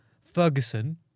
Ferguson